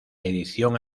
edición